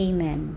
Amen